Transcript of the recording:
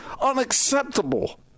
unacceptable